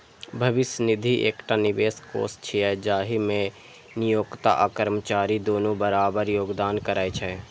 भविष्य निधि एकटा निवेश कोष छियै, जाहि मे नियोक्ता आ कर्मचारी दुनू बराबर योगदान करै छै